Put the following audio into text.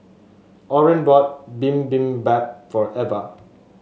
Oren bought Bibimbap for Eva